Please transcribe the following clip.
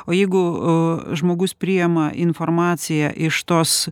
o jeigu žmogus priima informaciją iš tos